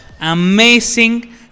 Amazing